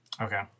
Okay